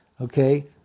okay